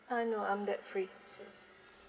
uh no I'm debt free so